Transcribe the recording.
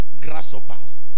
grasshoppers